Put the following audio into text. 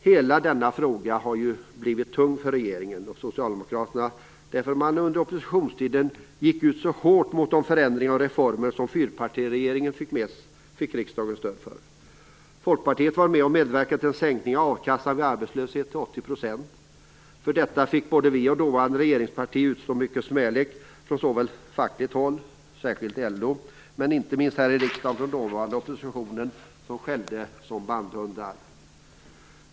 Hela denna fråga har blivit tung för regeringen och Socialdemokraterna, därför att man under oppositionstiden så hårt gick mot de förändringar och reformer som fyrpartiregeringen fick riksdagens stöd för. Folkpartiet var med och medverkade till en sänkning av a-kassan vid arbetslöshet till 80 %. För detta fick både vi och dåvarande regeringspartier utstå mycket smälek såväl från fackligt håll, särskilt LO, som - och inte minst - här i riksdagen från dåvarande oppositionen som skällde som bandhundar.